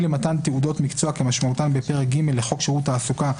למתן תעודות מקצוע כמשמעותן בפרק ג' לחוק שירות תעסוקה,